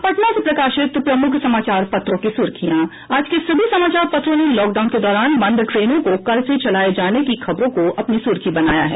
अब पटना से प्रकाशित प्रमुख समाचार पत्रों की सुर्खियां आज के सभी समाचार पत्रों ने लॉकडाउन के दौरान बंद ट्रेनों को कल से चलाये जाने की खबरों को अपनी सूर्खी बनाया है